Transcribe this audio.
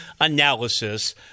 analysis